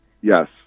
Yes